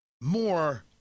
more